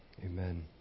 amen